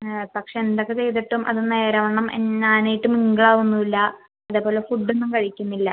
ആ പക്ഷേ എന്തൊക്കെ ചെയ്തിട്ടും അത് നേരാവണ്ണം ഞാനായിട്ട് മിങ്കിളാവുന്നും ഇല്ല അതേപോലെ ഫുഡൊന്നും കഴിക്കുന്നില്ല